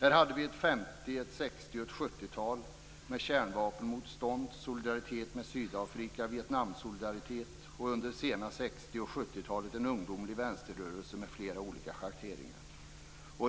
Här hade vi ett 50-, ett 60 och ett 70-tal med kärnvapenmotstånd, solidaritet med Sydafrika, Vietnamsolidaritet och under sena 60 och 70-talen en ungdomlig vänsterrörelse med flera olika schatteringar.